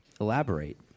Elaborate